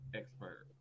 expert